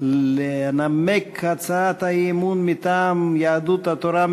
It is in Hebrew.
לנמק את הצעת האי-אמון מטעם יהדות התורה,